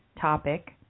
topic